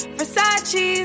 Versace